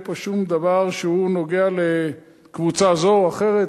אין פה שום דבר שנוגע לקבוצה זו אחרת.